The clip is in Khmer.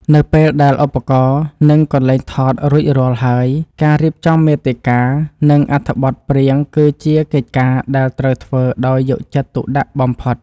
នៅពេលដែលឧបករណ៍ និងកន្លែងថតរួចរាល់ហើយការរៀបចំមាតិកា និងអត្ថបទព្រាងគឺជាកិច្ចការដែលត្រូវធ្វើដោយយកចិត្តទុកដាក់បំផុត។